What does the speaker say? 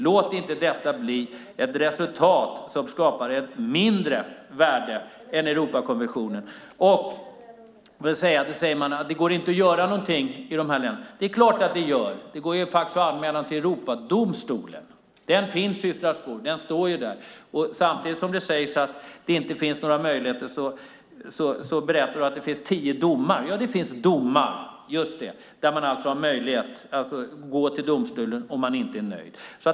Låt inte detta bli ett resultat som skapar ett mindre värde än Europakonventionen! Man säger att det inte går att göra någonting i de här länderna. Det är klart att det gör! Det går faktiskt att anmäla till Europadomstolen. Den finns i Strasbourg. Samtidigt som du säger att det inte finns några möjligheter berättar du att det finns tio domar. Ja, det finns domar - just det! Man har alltså möjlighet att gå till domstolen om man inte är nöjd.